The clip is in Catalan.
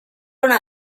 una